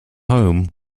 home